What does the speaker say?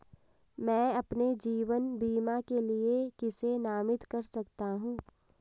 मैं अपने जीवन बीमा के लिए किसे नामित कर सकता हूं?